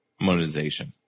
monetization